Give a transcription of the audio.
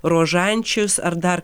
rožančius ar dar